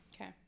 Okay